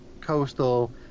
coastal